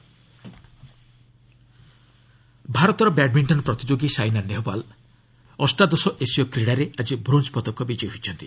Asian games ଭାରତର badminton ପ୍ରତିଯୋଗୀ ସାଇନା ନେହୱାଲ ଅଷ୍ଟାଦଶ ଏସୀୟ କ୍ରୀଡ଼ାରେ ଆଜି ବ୍ରୋଞ୍ଜ ପଦକ ବିଜୟୀ ହୋଇଛନ୍ତି